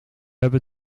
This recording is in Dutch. hebben